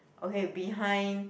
okay behind